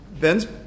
Ben's